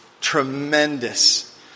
tremendous